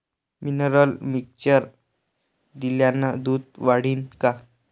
Mineral mixture दिल्यानं दूध वाढीनं का?